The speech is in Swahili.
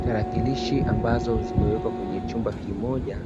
Tarakilishi ambazo zimewekwa kwenye chumba kimoja